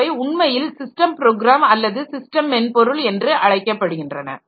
அவை உண்மையில் system program அல்லது ஸிஸ்டம் மென்பொருள் என்று அழைக்கப்படுகின்றன